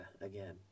again